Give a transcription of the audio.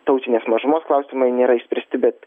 tautinės mažumos klausimai nėra išspręsti bet